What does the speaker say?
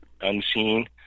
unseen